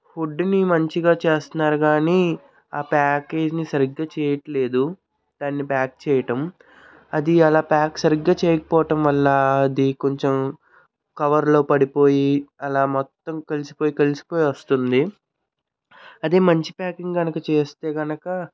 ఫుడ్డుని మంచిగా చేస్తున్నారు కానీ ఆ ప్యాకేజిని సరిగ్గా చేయట్లేదు దాన్ని ప్యాక్ చేయటం అది అలా ప్యాక్ సరిగ్గా చేయకపోవటం వల్ల అది కొంచెం కవర్లో పడిపోయి అలా మొత్తం కలిసిపోయి కలిసిపోయి వస్తుంది అదే మంచి ప్యాకింగ్ కనుక చేస్తే కనుక